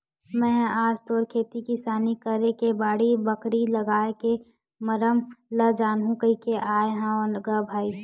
मेहा आज तोर ले खेती किसानी करे के बाड़ी, बखरी लागए के मरम ल जानहूँ कहिके आय हँव ग भाई